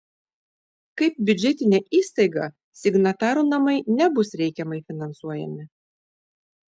kaip biudžetinė įstaiga signatarų namai nebus reikiamai finansuojami